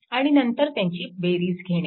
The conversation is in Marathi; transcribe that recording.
आणि नंतर त्यांची बेरीज घेणे